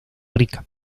rica